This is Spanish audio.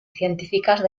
científicas